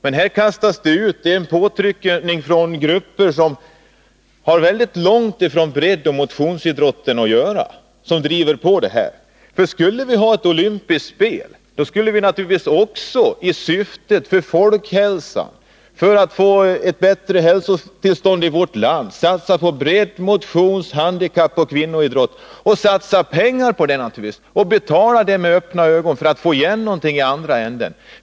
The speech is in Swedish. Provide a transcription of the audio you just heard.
Men här är det grupper som har mycket litet med breddoch motionsidrotten att göra som driver på. Skall vi ha olympiska spel, skall vi naturligtvis också — i syfte att få ett bättre hälsotillstånd i vårt land — satsa på bredd-, motions-, handikappoch kvinnoidrott. Den satsningen skulle vi då betala med öppna ögon för att få igen någonting i andra änden.